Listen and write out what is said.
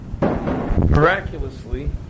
Miraculously